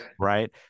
right